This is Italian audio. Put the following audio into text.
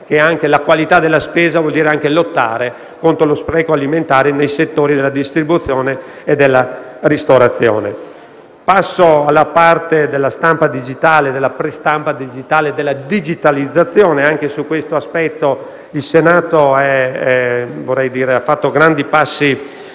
assicurare la qualità della spesa vuol dire anche lottare contro lo spreco alimentare nei settori della distribuzione e della ristorazione. Passo al settore della stampa e della prestampa digitale e della digitalizzazione. Anche su questo fronte il Senato ha fatto grandi passi